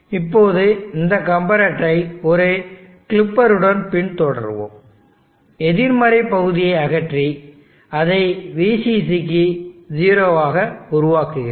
இப்போது இந்த கம்பேரெட்டரை ஒரு கிளிப்பருடன் பின்தொடரவும் எதிர்மறை பகுதியை அகற்றி அதை VCC க்கு 0 ஆக உருவாக்குகிறேன்